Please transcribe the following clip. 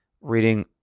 reading